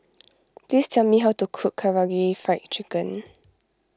please tell me how to cook Karaage Fried Chicken